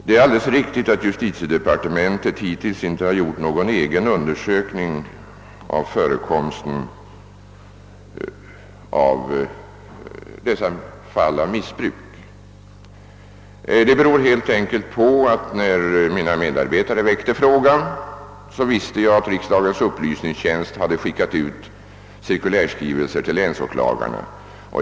Det är fullständigt riktigt att justitiedepartementet hittills inte har gjort någon egen undersökning av förekomsten av missbruk. Det beror helt enkelt på att jag, när mina medarbetare väckte frågan, visste att riksdagens upplysningstjänst hade skickat ut cirkulärskri velser till länsåklagarna.